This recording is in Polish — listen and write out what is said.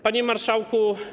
Panie Marszałku!